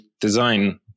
design